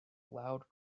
loud